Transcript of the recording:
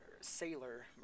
sailor